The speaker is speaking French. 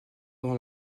dans